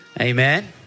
amen